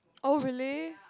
oh really